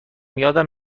یادم